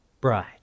Bride